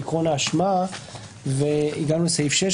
בעיקרון האשמה והגענו לסעיף 6,